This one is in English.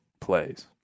plays